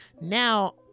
now